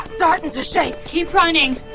starting to shake! keep running!